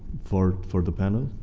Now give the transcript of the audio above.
for for the panel.